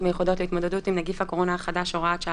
מיוחדות להתמודדות עם נגיף הקורונה החדש (הוראת שעה),